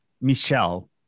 michelle